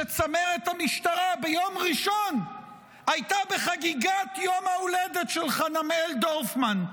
שצמרת המשטרה הייתה ביום ראשון בחגיגת יום ההולדת של חנמאל דורפמן.